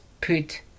put